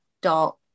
dot